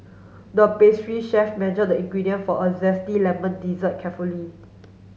the pastry chef measured the ingredient for a zesty lemon dessert carefully